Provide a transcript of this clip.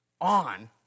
on